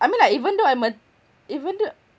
I mean like even though I'm a even though